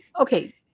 okay